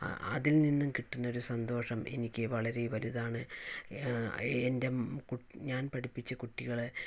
അതിൽ നിന്ന് കിട്ടുന്ന സന്തോഷം എനിക്ക് വളരെ വലുതാണ് എൻ്റെ ഞാൻ പഠിപ്പിച്ച കുട്ടികൾ